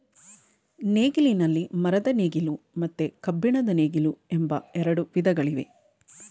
ನೇಗಿಲಿನಲ್ಲಿ ಮರದ ನೇಗಿಲು ಮತ್ತು ಕಬ್ಬಿಣದ ನೇಗಿಲು ಎಂಬ ಎರಡು ವಿಧಗಳಿವೆ